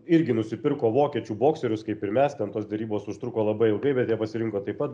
irgi nusipirko vokiečių bokserius kaip ir mes ten tos derybos užtruko labai ilgai bet jie pasirinko taip pat